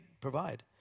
provide